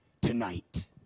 tonight